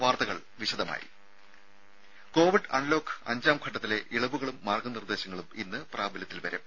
വാർത്തകൾ വിശദമായി covid unlock അഞ്ചാംഘട്ടത്തിലെ ഇളവുകളും മാർഗ്ഗ നിർദ്ദേശങ്ങളും ഇന്ന് പ്രാബല്യത്തിൽ വരും